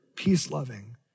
peace-loving